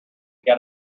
got